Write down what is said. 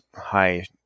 high